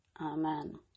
Amen